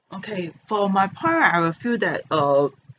okay for my part I will feel that err